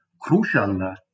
crucial